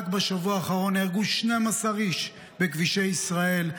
רק בשבוע האחרון נהרגו 12 איש בכבישי ישראל,